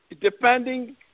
depending